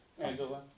Angela